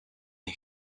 and